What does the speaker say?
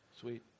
Sweet